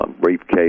briefcase